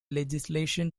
legislation